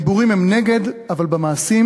בדיבורים הם נגד, אבל במעשים?